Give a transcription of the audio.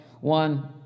one